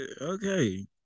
okay